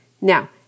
Now